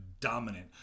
dominant